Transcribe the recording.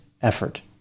effort